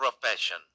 profession